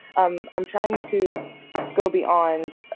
um i'm trying to go beyond